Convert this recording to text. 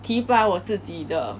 提拔我自己的